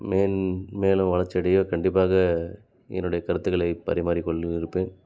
man மேலும் வளர்ச்சியடைய கண்டிப்பாக என்னுடைய கருத்துக்களை பரிமாறி கொண்டிருப்பேன்